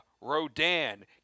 Rodan